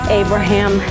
abraham